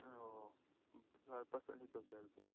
ꯑꯣ ꯁꯥꯔ ꯕꯁ ꯑꯅꯤ ꯇꯧꯁꯦ ꯍꯥꯏꯔꯤꯕ